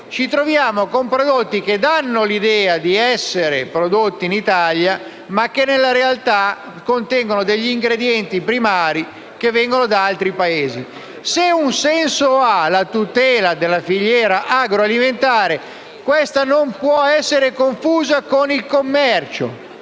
ritroviamo con prodotti che danno l'idea di essere prodotti in Italia ma, nella realtà, contengono degli ingredienti primari provenienti da altri Paesi. Se ha un senso la tutela della filiera agroalimentare, questo non può essere confuso con il commercio.